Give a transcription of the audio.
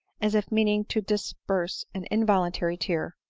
as if meaning to disperse an involuntary tear.